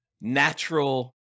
natural